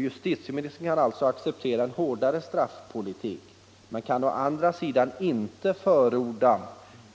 Justitieministern kan alltså acceptera en hårdare straffpolitik, men kan å andra sidan inte förorda